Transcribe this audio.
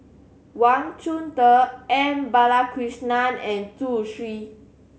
Wang Chunde M Balakrishnan and Zhu Xu